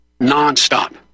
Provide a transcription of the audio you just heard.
Non-stop